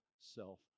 self